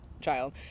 child